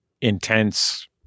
intense